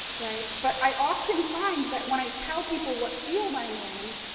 right, but i often find that, when i tell people what field i'm in,